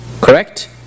correct